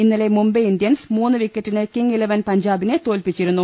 ഇന്നലെ മുംബൈ ഇന്ത്യൻസ് മൂന്ന് വിക്കറ്റിന് കിംഗ്ഇലവൻ പഞ്ചാബിനെ തോൽപിച്ചിരുന്നു